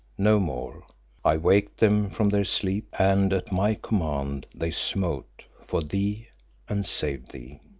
no more i waked them from their sleep and at my command they smote for thee and saved thee.